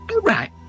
Right